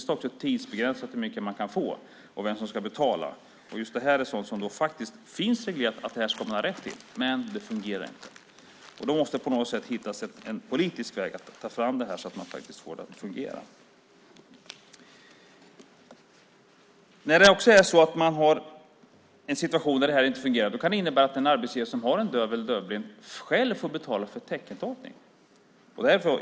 Det är tidsbegränsat hur mycket man kan få och vem som ska betala. Det finns reglerat vad man har rätt till, men det fungerar inte. Då måste man på något sätt hitta en politisk väg att få det att fungera. När det inte fungerar kan det innebära att en arbetsgivare som har en döv eller dövblind anställd själv får betala för teckentolkningen.